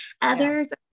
others